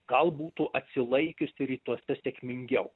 gal būtų atsilaikiusi rytuose sėkmingiau